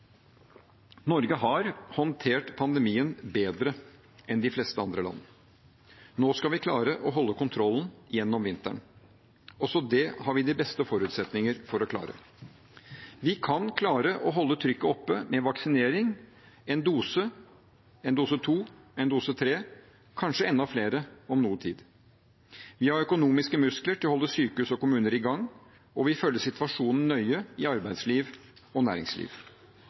Norge har håndtert pandemien bedre enn de fleste andre land. Nå skal vi klare å holde kontrollen gjennom vinteren. Også det har vi de beste forutsetninger for å klare. Vi kan klare å holde trykket oppe med vaksinering – én dose, en dose to, en dose tre, kanskje enda flere om noe tid. Vi har økonomiske muskler til å holde sykehus og kommuner i gang, og vi følger situasjonen nøye i arbeidsliv og næringsliv.